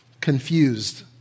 confused